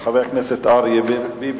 של חבר הכנסת אריה ביבי,